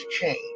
change